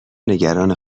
نگران